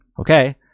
okay